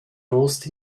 rost